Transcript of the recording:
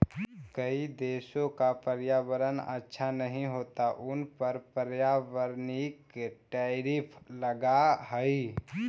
कई देशों का पर्यावरण अच्छा नहीं होता उन पर पर्यावरणिक टैरिफ लगअ हई